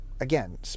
Again